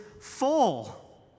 full